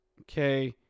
Okay